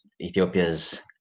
Ethiopia's